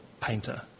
painter